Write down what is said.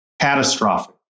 catastrophic